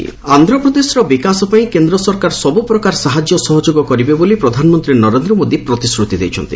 PM ତିର୍ଗ୍ରପତି ଆନ୍ଧ୍ରପ୍ରଦେଶର ବିକାଶ ପାଇଁ କେନ୍ଦ୍ର ସରକାର ସବୁ ପ୍ରକାର ସାହାଯ୍ୟ ସହଯୋଗ କରିବେ ବୋଲି ପ୍ରଧାନମନ୍ତ୍ରୀ ନରେନ୍ଦ୍ର ମୋଦି ପ୍ରତିଶ୍ରତି ଦେଇଛନ୍ତି